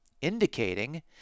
indicating